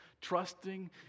Trusting